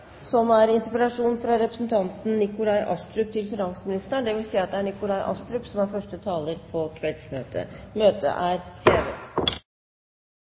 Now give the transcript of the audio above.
som er interpellasjon fra representanten Nikolai Astrup til finansministeren. – Møtet er hevet. Det